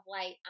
light